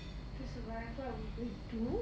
to survive what would we do